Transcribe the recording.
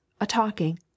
a-talking